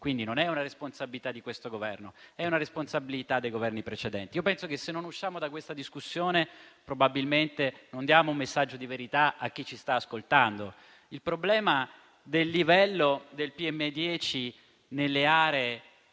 quindi di una responsabilità non di questo Governo, ma di quelli precedenti. Io penso che se non usciamo da questa discussione, probabilmente non diamo un messaggio di verità a chi ci sta ascoltando. Il problema del livello del PM10 nelle aree